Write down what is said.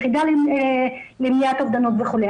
יחידה למניעת אובדנות וכולי.